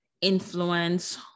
influence